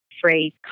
phrase